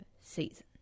season